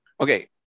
Okay